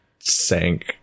Sank